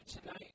tonight